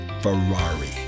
Ferrari